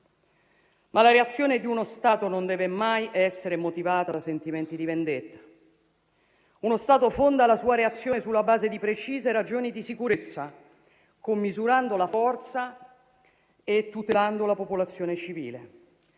ma la reazione di uno Stato non deve mai essere motivata da sentimenti di vendetta. Uno Stato fonda la sua reazione sulla base di precise ragioni di sicurezza, commisurando la forza e tutelando la popolazione civile.